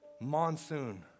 monsoon